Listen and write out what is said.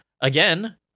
again